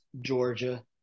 Georgia